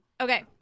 Okay